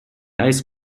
ice